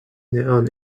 now